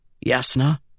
Yasna